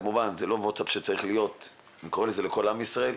כמובן זה לא וואטסאפ שצריך להיות לכל עם ישראל,